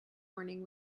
morning